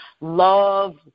love